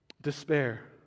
Despair